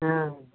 हाँ